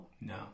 No